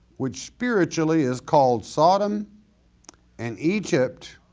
which spiritually is called sodom and egypt